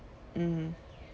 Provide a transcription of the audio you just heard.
mmhmm